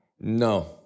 No